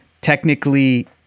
technically